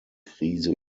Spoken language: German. krise